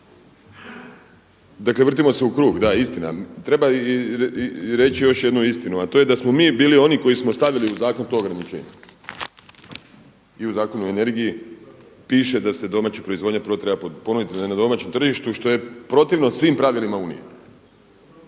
Dakle, vrtimo se u krug. Da istina, treba reći još jednu istinu a to je da smo mi bili oni koji smo stavili u zakon to ograničenje i u Zakonu o energiji piše da se domaća proizvodnja prvo treba ponuditi na jednom domaćem tržištu što je protivno pravilima Unije.